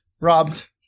Robbed